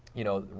you know,